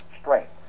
strength